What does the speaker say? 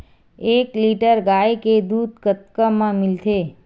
एक लीटर गाय के दुध कतका म मिलथे?